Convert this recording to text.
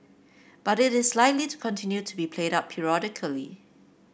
but it is likely to continue to be played up periodically